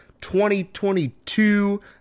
2022